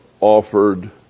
offered